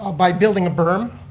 ah by building a burm,